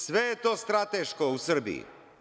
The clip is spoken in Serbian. Sve je to strateško u Srbiji.